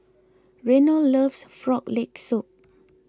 Reno loves Frog Leg Soup